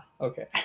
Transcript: Okay